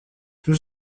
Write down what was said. tout